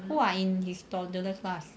who are in his toddler class